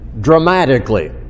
dramatically